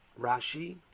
Rashi